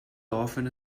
often